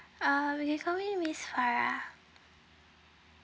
uh you can call me miss farah